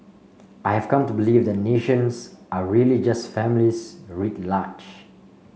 I have come to believe that nations are really just families writ large